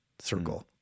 circle